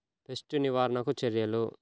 Pest నివారణకు చర్యలు?